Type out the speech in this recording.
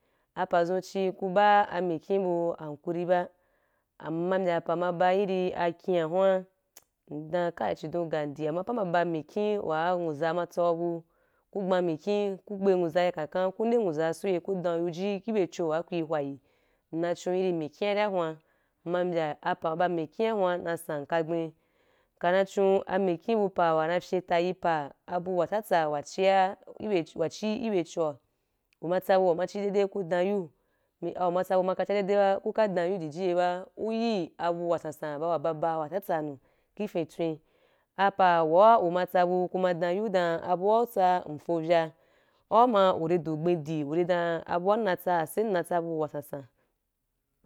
Apazu ci, ku bu amikhi bu “hakuri ba, amma bya pa ma ba iri akhi wa hun ndan kai chidon gan’dī, amma pa ma ba mikhi wa anwuza ma tsabu, ku gbɛn mikhi ku gbe nwuza ya kanka, ku nde nwuza suo ku dɛn yoji ibe chun wa ku hwayi. Nna chon iri mikhi ari hun. Mma bya apa wa ba mikhi’u, na san ka’gbe. Nka na chona mikhi bu pa wa na fyi ta yi pa abu watsatsɛ wa ciya ibe, wa chi, ibe chu’o. Uma tsabu ma chi dede ko dɛn yoi, uma tsabu maka chi ya dede ba ku dɛn yu jiji ye ba uyi bu wasansan ba bu wa ba ba watsatsa nu ifintwen. Apa wa umatsa bu, ku ma dɛn yu dɛn abu wa tsa ifovya. Au’ma uri du gbe’di urì dan abuwa na tsa asai nna tsabu wɛsanssn.